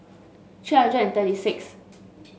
three hundred and thirty six